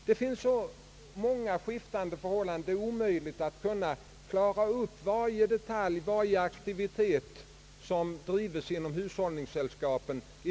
Det finns så många skiftande förhållanden, och man kan omöjligt i en proposition klara upp varje detalj och varje aktivitet som förekommer inom hushållningssällskapen.